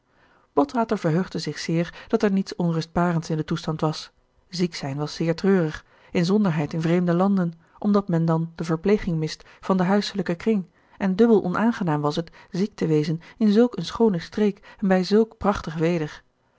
botwater verheugde zich zeer dat er niets onrustbarends in den toestand was ziek zijn was zeer treurig inzonderheid in vreemde landen omdat men dan de verpleging mist van den huiselijken kring en dubbel onaangenaam was het ziek te wezen in zulk eene schoone streek en bij zulk prachtig weder